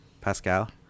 Pascal